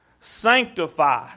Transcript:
sanctify